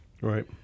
Right